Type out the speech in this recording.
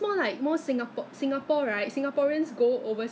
with the we eat the chicken that I eat ah is err Four Fingers